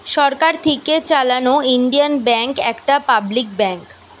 সরকার থিকে চালানো Indian bank একটা পাবলিক ব্যাঙ্ক